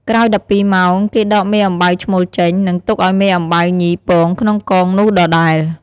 ក្រោយ១២ម៉ោង គេដកមេអំបៅឈ្មោលចេញ នឹងទុកឱ្យមេអំបៅញីពងក្នុងកងនោះដដែល។